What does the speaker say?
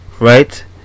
right